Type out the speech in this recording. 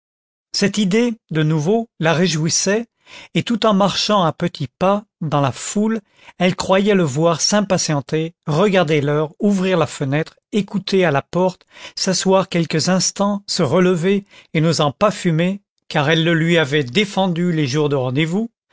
cette idée de nouveau la réjouissait et tout en marchant à petits pas dans la foule elle croyait le voir s'impatienter regarder l'heure ouvrir la fenêtre écouter à la porte s'asseoir quelques instants se relever et n'osant pas fumer car elle le lui avait défendu les jours de rendez-vous